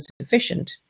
sufficient